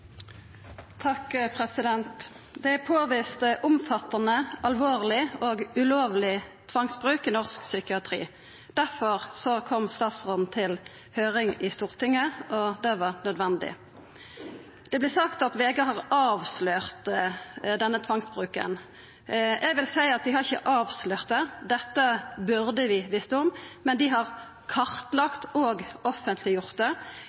omfattande, alvorleg og ulovleg tvangsbruk i norsk psykiatri. Difor kom statsråden til høyring i Stortinget, og det var nødvendig. Det vert sagt at VG har avslørt denne tvangsbruken. Eg vil seia at dei har ikkje avslørt det, dette burde vi visst om, men dei har kartlagt og offentleggjort det.